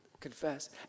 confess